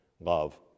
love